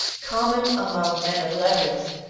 common among men of letters,